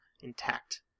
intact